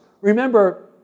Remember